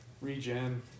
Regen